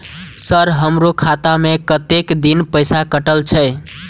Sir हमारो खाता में कतेक दिन पैसा कटल छे?